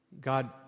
God